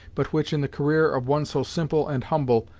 but which, in the career of one so simple and humble,